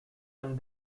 and